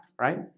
right